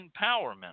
empowerment